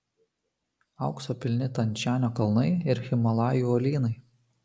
aukso pilni tian šanio kalnai ir himalajų uolynai